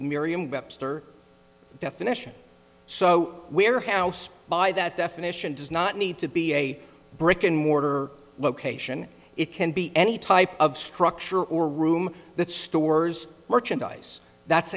mirriam webster definition so we're house by that definition does not need to be a brick and mortar location it can be any type of structure or room that stores merchandise that's